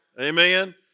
amen